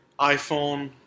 iPhone